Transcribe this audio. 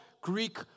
Greek